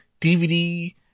dvd